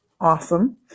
Awesome